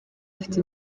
afite